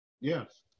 Yes